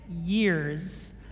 years